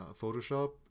Photoshop